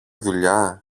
δουλειά